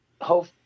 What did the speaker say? hope